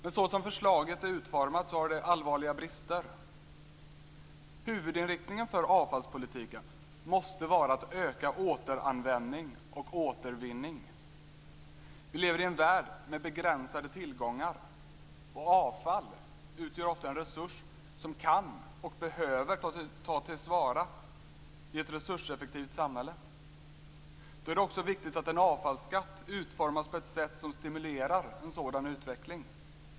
Men så som förslaget är utformat har det allvarliga brister. Huvudinriktningen för avfallspolitiken måste vara att öka återanvändning och återvinning. Vi lever i en värld med begränsade tillgångar. Avfall utgör ofta en resurs som kan och behöver tas till vara i ett resurseffektivt samhälle. Då är det också viktigt att en avfallsskatt utformas på ett sätt som stimulerar en sådan utveckling.